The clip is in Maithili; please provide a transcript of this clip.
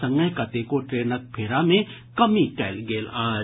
संगहि कतेको ट्रेनक फेरा मे कमी कयल गेल अछि